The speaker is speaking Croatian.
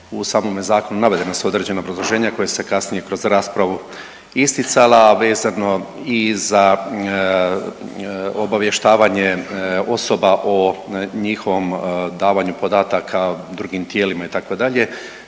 u samome zakonu navedena su određen obrazloženja koja su se kasnije kroz raspravu isticala, a vezano i za obavještavanje osoba o njihovom davanju podataka drugim tijelima itd.